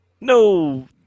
No